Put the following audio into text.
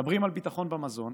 מדברים על ביטחון במזון,